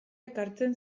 ekartzen